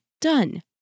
done